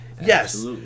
Yes